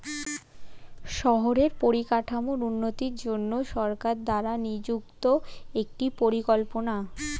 শহরের পরিকাঠামোর উন্নতির জন্য সরকার দ্বারা নিযুক্ত একটি পরিকল্পনা